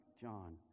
John